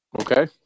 Okay